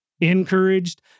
encouraged